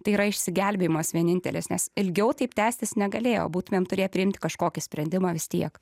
tai yra išsigelbėjimas vienintelis nes ilgiau taip tęstis negalėjo būtumėm turėję priimti kažkokį sprendimą vis tiek